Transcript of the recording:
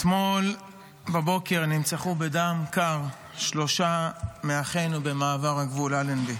אתמול בבוקר נרצחו בדם קר שלושה מאחינו במעבר הגבול אלנבי.